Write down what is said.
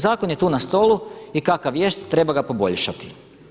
Zakon je tu na stolu i kakav jest treba ga poboljšati.